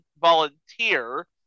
volunteer